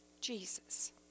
Jesus